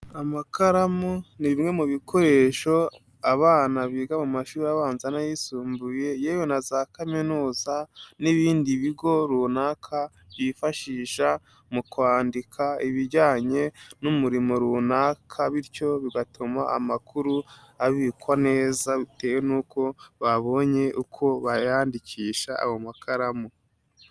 Amakaramu ni bimwe mu bikoresho ,abana biga mu mashuri abanza n'ayisumbuye, yewe na za Kaminuza n'ibindi bigo runaka, byifashisha mu kwandika ibijyanye n'umurimo runaka, bityo bigatuma amakuru abikwa neza, bitewe n'uko babonye uko bayandikisha ayo makaramu.